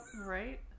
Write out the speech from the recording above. right